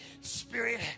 spirit